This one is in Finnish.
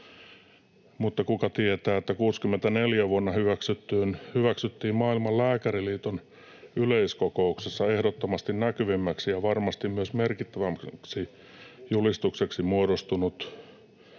mutta kuka tietää, että vuonna 64 hyväksyttiin Maailman lääkäriliiton yleiskokouksessa ehdottomasti näkyvimmäksi ja varmasti myös merkittävimmäksi julistukseksi muodostunut